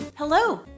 Hello